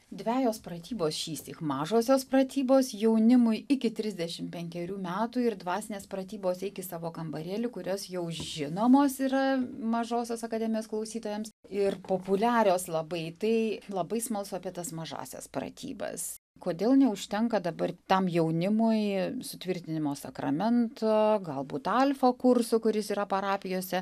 dvejos pratybos šįsyk mažosios pratybos jaunimui iki trisdešimt penkerių metų ir dvasinės pratybos eik į savo kambarėlį kurios jau žinomos yra mažosios akademijos klausytojams ir populiarios labai tai labai smalsu apie tas mažąsias pratybas kodėl neužtenka dabar tam jaunimui sutvirtinimo sakramento galbūt alfa kurso kuris yra parapijose